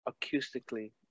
acoustically